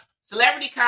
celebrity